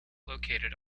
located